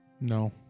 No